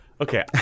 Okay